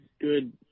good